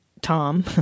Tom